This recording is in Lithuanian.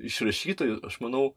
iš rašytojų aš manau